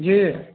जी